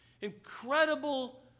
incredible